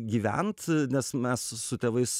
gyvent nes mes su tėvais